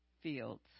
fields